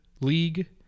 league